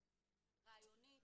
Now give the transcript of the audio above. רעיונית,